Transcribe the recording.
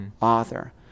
author